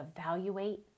evaluate